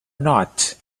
not